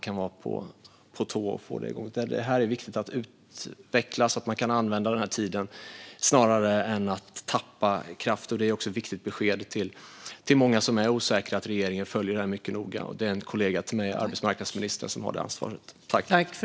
Här är det viktigt med utveckling så att man kan använda denna tid i stället för att tappa kraft. Att regeringen följer detta noga är också ett viktigt besked till dem som är osäkra, och det är min kollega arbetsmarknadsministern som har detta ansvar.